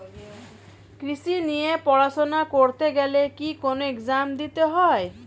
কৃষি নিয়ে পড়াশোনা করতে গেলে কি কোন এগজাম দিতে হয়?